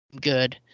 good